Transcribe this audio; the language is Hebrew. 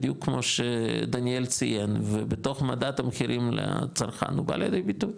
בדיוק כמו שדניאל ציין ובתוך מדד המחירים לצרכן הוא בא לידי ביטוי,